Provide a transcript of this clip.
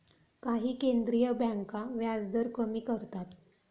काही केंद्रीय बँका व्याजदर कमी करतात